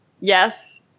Yes